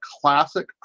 classic